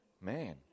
Man